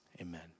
Amen